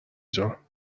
جان